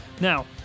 Now